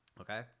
Okay